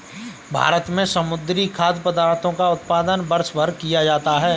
भारत में समुद्री खाद्य पदार्थों का उत्पादन वर्षभर किया जाता है